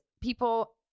people